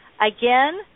Again